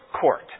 court